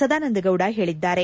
ಸದಾನಂದಗೌಡ ಹೇಳಿದ್ದಾರೆ